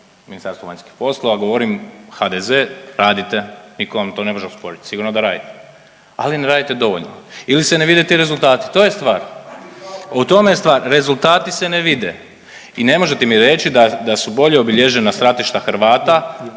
Ministarstvo vanjskih poslova, govorim HDZ, radite. Nitko vam to ne može osporiti, sigurno da radite. Ali ne radite dovoljno ili se ne vide ti rezultati. To je stvar, u tome je stvar. Rezultati se ne vide i ne možete mi reći da su bolje obilježena stratišta Hrvata